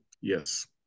Yes